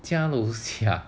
家楼下